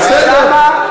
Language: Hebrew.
בסדר,